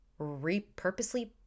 repurposely